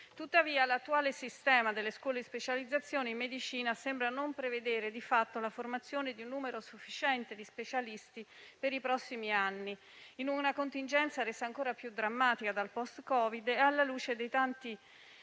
tuttavia l'attuale sistema delle scuole di specializzazione in medicina sembra non prevedere di fatto la formazione di un numero sufficiente di specialisti per i prossimi anni, in una contingenza resa ancora più drammatica dal *post* Covid e alla luce dei tanti